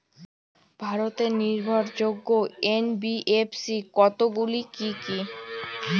ভারতের নির্ভরযোগ্য এন.বি.এফ.সি কতগুলি কি কি?